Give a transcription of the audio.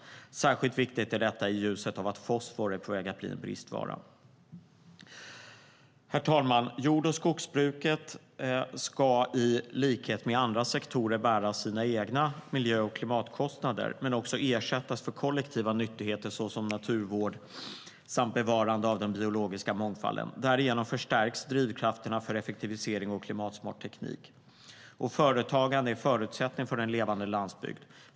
Särskilt viktigt är detta i ljuset av att fosfor är på väg att bli en bristvara. Företagande är en förutsättning för en levande landsbygd.